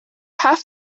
have